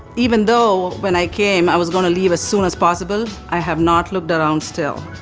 even though, when i came, i was gonna leave as soon as possible, i have not looked around still.